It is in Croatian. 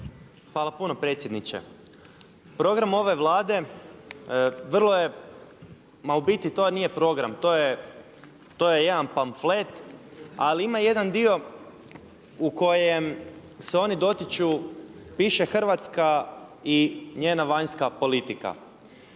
Hvala puno predsjedniče. Program ove Vlade vrlo je, ma u biti to nije program, to je jedan pamflet ali ima jedan dio u kojem se oni dotiču, piše Hrvatska i njena vanjska politika.